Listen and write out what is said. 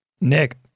Nick